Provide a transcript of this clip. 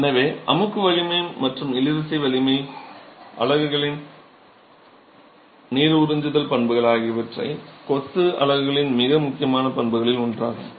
எனவே அமுக்கு வலிமை மற்றும் இழுவிசை வலிமை அலகுகளின் நீர் உறிஞ்சுதல் பண்புகள் ஆகியவை கொத்து அலகுகளின் மிக முக்கியமான பண்புகளில் ஒன்றாகும்